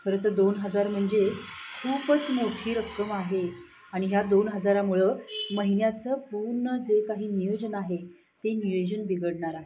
खरं तर दोन हजार म्हणजे खूपच मोठी रक्कम आहे आणि ह्या दोन हजारामुळं महिन्याचं पूर्ण जे काही नियोजन आहे ते नियोजन बिघडणार आहे